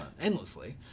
endlessly